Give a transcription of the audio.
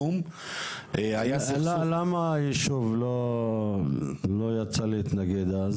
הייתה שם תב"ע נקודתית כן להקים את המטמנה -- בשנת 2004 אושרה,